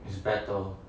it's better